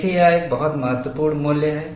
देखें यह एक बहुत महत्वपूर्ण मूल्य है